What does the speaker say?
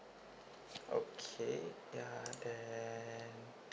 okay ya then